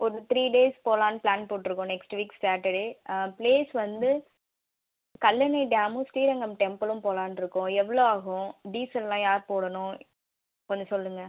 ஒரு three days போகலானு plan போட்டிருக்கோம் நெக்ஸ்ட் வீக் சேட்டர்டே ப்ளேஸ் வந்து கல்லணை டேமும் ஸ்ரீரங்கம் டெம்புளும் போகலான்ருக்கோம் எவ்வளோ ஆகும் டீசல்லாம் யார் போடணும் கொஞ்சம் சொல்லுங்கள்